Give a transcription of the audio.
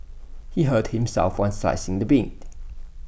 he hurt himself while slicing the meat